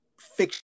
fiction